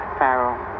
Pharaoh